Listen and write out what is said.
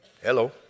Hello